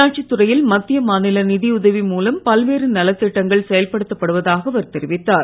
உள்ளாட்சித் துறையில் மத்திய மாநில நிதி உதவி மூலம் பல்வேறு நலத்திட்டங்கள் செயல்படுத்தப் படுவதாக அவர் தெரிவித்தார்